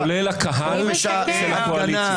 כולל הקהל של הקואליציה.